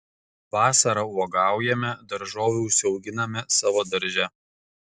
vasarą uogaujame daržovių užsiauginame savo darže